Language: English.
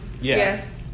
Yes